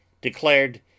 declared